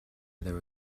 there